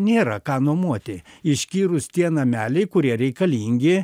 nėra ką nuomoti išskyrus tie nameliai kurie reikalingi